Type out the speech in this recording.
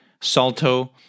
Salto